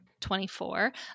24